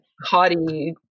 haughty